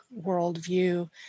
worldview